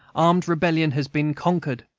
armed rebellion has been conquered,